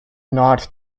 not